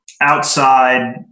outside